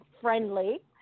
friendly